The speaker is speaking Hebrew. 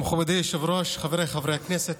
מכובדי היושב-ראש, חבריי חברי הכנסת,